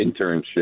internship